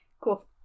cool